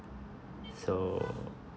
so